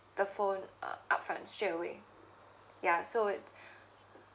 the phone uh upfront straight away ya so it's